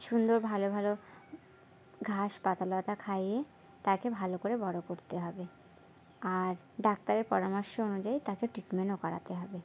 সুন্দর ভালো ভালো ঘাস পাতালতা খাইয়ে তাকে ভালো করে বড় করতে হবে আর ডাক্তারের পরামর্শ অনুযায়ী তাকে ট্রিটমেন্টও করাতে হবে